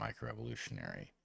microevolutionary